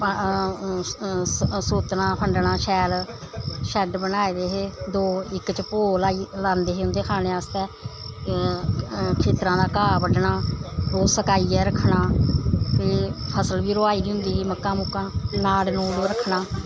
सोतना फंडना शैल शैड्ड बनाए दे हे दो इक च भोह् लाई लांदे हे उं'दे खाने आस्तै खेत्तरां दा घाह् बड्डना ओह् सकाइयै रक्खना ते फसल बी रोहाई दी होंदा ही मक्कां मुक्कां नाड़ नूड़ रक्खना